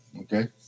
okay